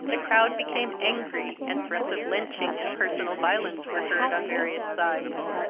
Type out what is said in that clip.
the crowd became angry and threats of lynching and personal violence were heard on various sides.